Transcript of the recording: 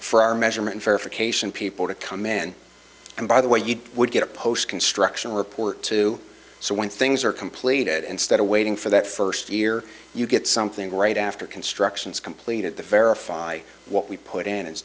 for our measurement verification people to come in and by the way you would get a post construction report too so when things are completed instead of waiting for that first year you get something right after construction is completed the verify what we put in i